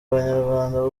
abanyarwanda